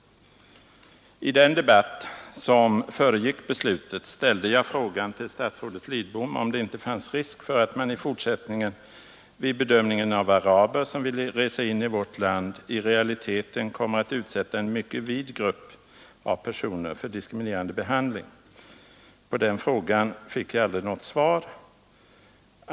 I den debatt som föregick riksdagsbeslutet ställde jag frågan till statsrådet Lidbom om det inte fanns risk för att man i fortsättningen vid bedömningen av araber som ville resa in i vårt land i realiteten skulle komma att utsätta en mycket vid grupp av personer för diskriminerande behandling. På den frågan fick jag aldrig något svar.